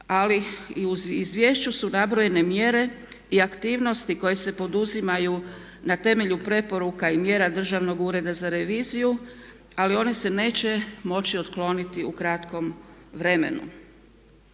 i u izvješću su nabrojene mjere i aktivnosti koje se poduzimaju na temelju preporuka i mjera državnog ureda za reviziju ali one se neće moći otkloniti u kratkom vremenu.